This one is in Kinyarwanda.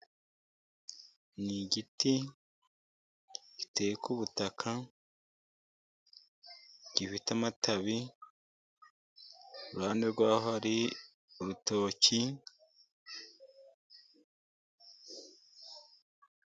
Ni igiti giteye ku butaka, gifite amatabi, iruhande rw'aho hari urutoki,